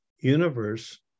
universe